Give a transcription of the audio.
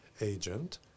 agent